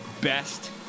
best